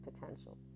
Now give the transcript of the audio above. potential